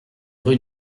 rue